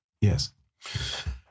yes